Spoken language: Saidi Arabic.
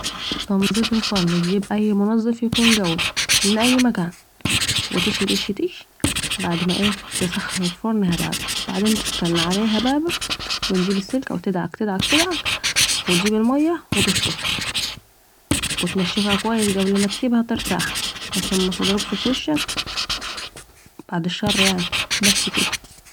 تنظيف الفرن ، تجيب اي منظف يكون قوي من أي مكان ،و تش تش تش بعد ما اية ؟ تسخن الفرن هبابه بعدين تستني عليه هبابه ...و تجيب السلكه و تدعك تدعك تدعك و تجيب المية و تشطف و تنشفها كويس قبل ماتسيبها ترتاح علشان متضربش في وشك بعد الشر يعني و بس كده